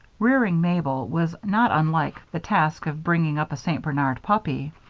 rearing mabel was not unlike the task of bringing up a st. bernard puppy.